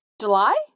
July